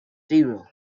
zero